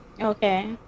Okay